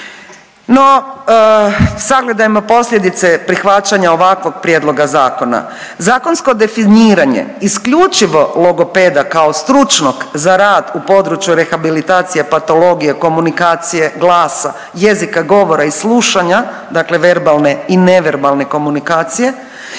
No, sagledajmo posljedice prihvaćanja ovakvog prijedloga zakona. Zakonsko definiranje isključivo logopeda kao stručnog za rad u području rehabilitacije patologije, komunikacije glasa, jezika, govora i slušanja, dakle verbalne i neverbalne komunikacije